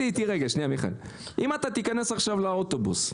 מיכאל, אם אתה תיכנס עכשיו לאוטובוס,